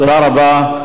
תודה רבה.